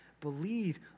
Believe